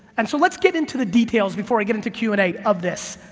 and so let's get into the details before i get into q and a of this.